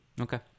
Okay